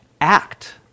act